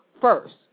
first